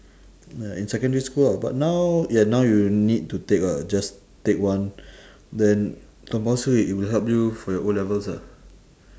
ya in secondary school ah but now ya now you need to take lah just take one then compulsory it will help you for your O-levels ah